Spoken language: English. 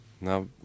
Now